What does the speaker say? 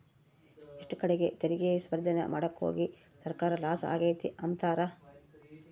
ಎಷ್ಟೋ ಕಡೀಗ್ ತೆರಿಗೆ ಸ್ಪರ್ದೇನ ಮಾಡಾಕೋಗಿ ಸರ್ಕಾರ ಲಾಸ ಆಗೆತೆ ಅಂಬ್ತಾರ